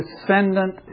descendant